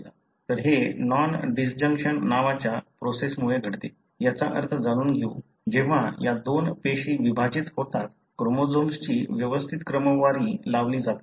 तर हे non disjunction नावाच्या प्रोसेसमुळे घडते याचा अर्थ जाणून घ्या जेव्हा या दोन पेशी विभाजित होतात क्रोमोझोम्सची व्यवस्थित क्रमवारी लावली जात नाही